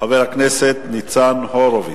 חבר הכנסת ניצן הורוביץ.